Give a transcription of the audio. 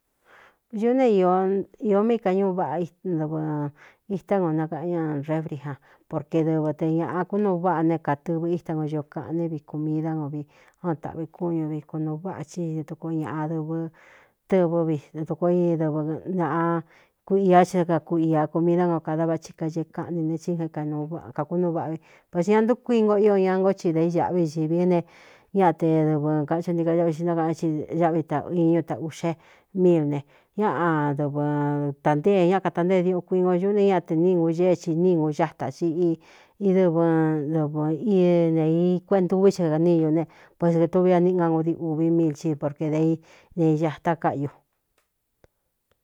Ñuꞌú ne īō mí kañuu váꞌa dɨvɨ itá no nakaꞌan ña refrija porque dɨvɨ te ñāꞌa kúnuu váꞌā ne kātɨvɨ ítá no ñio kaꞌan né viꞌ kūmi dá no vi án taꞌvi kúñuvi kunūu váꞌa ci tetuku ñaꞌa dɨvɨ tɨvɨ́ vi dukoo i dɨvɨ ñaꞌa ku ia ci á kaku ia ku mi dá ga o kada vathi kaee kaꞌni ne ti j kakúnúu váꞌa vi va tsa ña ntúkuingo ío ña ngó ti dā iñāꞌví ñīvín ne ña te dɨvɨ kathu ntií ka áꞌvi xi ntakaꞌána i áꞌvi taꞌ iñú taūꞌxe míil ne ñáꞌadɨvɨ tantéē ña katantée diuꞌun kuingo ñuꞌú ne ñate ni nguée xi ni nguxáta xiꞌi idɨvɨ dɨvɨ ineīkuéꞌntuví ce kaniñu ne pueso kētuvi a níꞌngá ngudi ūví míil csi porke dāi ne iñata káꞌyu.